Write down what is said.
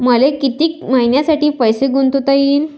मले कितीक मईन्यासाठी पैसे गुंतवता येईन?